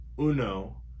uno